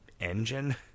engine